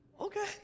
Okay